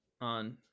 on